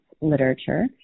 literature